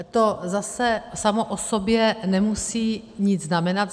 To zase samo o sobě nemusí nic znamenat.